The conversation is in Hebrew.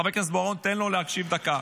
חבר הכנסת בוארון, תן לו להקשיב דקה.